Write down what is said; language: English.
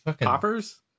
Poppers